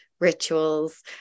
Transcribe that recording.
rituals